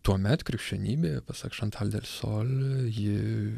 tuomet krikščionybė pasak šantal delsol ji